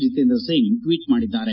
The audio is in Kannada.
ಜಿತೇಂದ್ರಸಿಂಗ್ ಟ್ನೀಟ್ ಮಾಡಿದ್ದಾರೆ